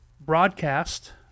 broadcast